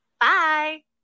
Bye